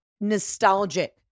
nostalgic